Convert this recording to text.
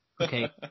Okay